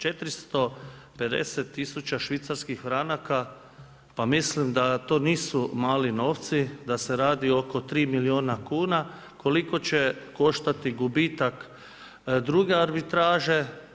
450 tisuća švicarskih franaka, pa mislim da to nisu mali novci, da se radi oko tri milijuna kuna koliko će koštati gubitak druge arbitraže.